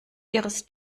ihres